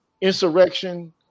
insurrection